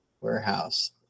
warehouse